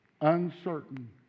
uncertain